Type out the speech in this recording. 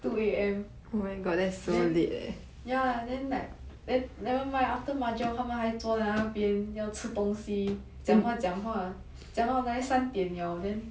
two A_M then ya then like then never mind after mahjong 他们还坐在那边要吃东西讲话讲话讲到来三点 liao then